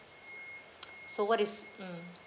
so what is mm